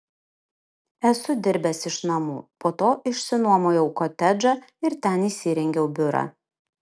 esu dirbęs iš namų po to išsinuomojau kotedžą ir ten įsirengiau biurą